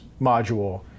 module